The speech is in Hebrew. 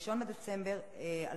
1 בדצמבר 2010,